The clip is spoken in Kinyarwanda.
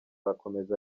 arakomeza